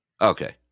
Okay